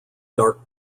dark